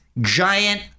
Giant